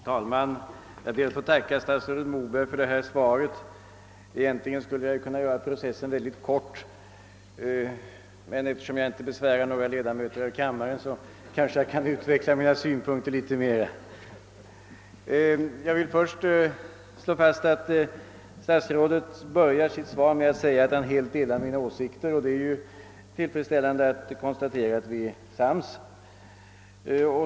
Herr talman! Jag ber att få tacka statsrådet Moberg för svaret. Egentligen skulle jag kunna göra processen mycket kort, men eftersom jag inte besvärar några ledamöter av kammaren kanske jag något kan utveckla mina synpunkter. Statsrådet börjar sitt svar med att säga att han helt delar mina åsikter, och det är tillfredsställande att konstatera att vi är sams.